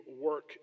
work